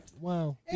Wow